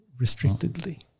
restrictedly